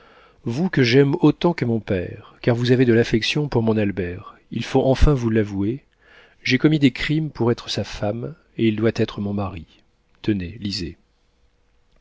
vous que j'aime autant que mon père car vous avez de l'affection pour mon albert il faut enfin vous l'avouer j'ai commis des crimes pour être sa femme et il doit être mon mari tenez lisez